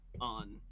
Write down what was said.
on